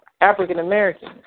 African-American